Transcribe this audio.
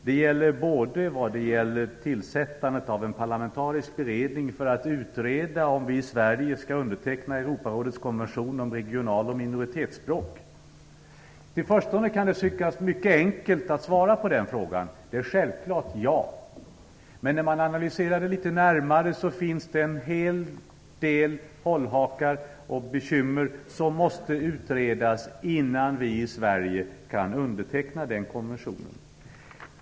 Det gäller t.ex. tillsättande av en parlamentarisk beredning för att utreda om vi i Sverige skall underteckna Europarådets konvention om regional och minoritetsspråk. I förstone kan det tyckas mycket enkelt att svara på den frågan. Svaret är självfallet "ja". Men när man analyserar frågan litet närmare finns det en hel del hållhakar och bekymmer som måste utredas innan vi i Sverige kan underteckna den konventionen.